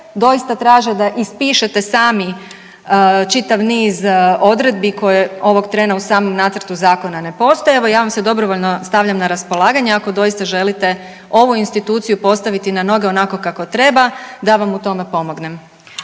doista traže da ispišete sami čitav niz odredbi koje ovog trena u samom nacrtu zakona ne postoje. Evo ja vam se dobrovoljno stavljam na raspolaganje ako doista želite ovu instituciju postaviti na noge onako kako treba da vam u tome pomognem.